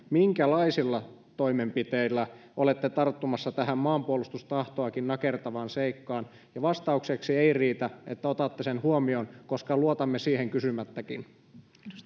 minkälaisilla toimenpiteillä olette tarttumassa tähän maanpuolustustahtoakin nakertavaan seikkaan ja vastaukseksi ei riitä että otatte sen huomioon koska luotamme siihen kysymättäkin